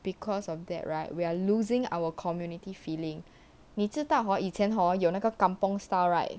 because of that right we are losing our community feeling 你知道 hor 以前 hor 有那个 kampung style right